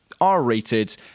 r-rated